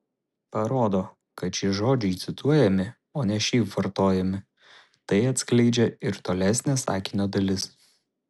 parodo kad šie žodžiai cituojami o ne šiaip vartojami tai atskleidžia ir tolesnė sakinio dalis